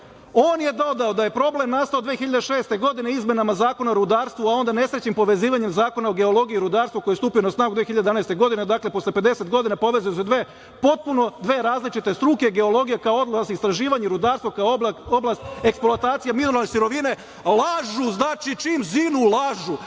je dodao da je problem nastao 2006. godine izmenama Zakona o rudarstvu, a onda nesrećnim povezivanjem Zakona o geologiji i rudarstvu koje stupa na snagu 2011. godine, dakle posle 50 godina, potpuno dve različite struke, geologija kao oblast istraživanja i rudarstvo kao oblast eksploatacije, mineralne sirovine.“Lažu, znači čim zinu lažu,